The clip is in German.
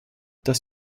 dass